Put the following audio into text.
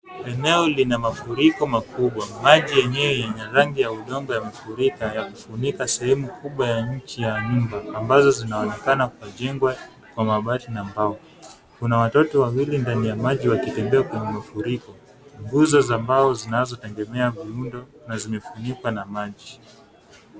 Eneo lina mafuriko makubwa. Maji yenyewe ina rangi ya udongo yamefunika sehemu kubwa ya nchia ambazo zinaonekana kujengwa kwa mabati na mbao. Kuna watoto wawili ndani ya maji wakitembea kwe ye mafuriko. Nguzo za mbao zinazoegemea na zimefunikwa na maji.